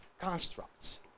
constructs